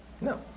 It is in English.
No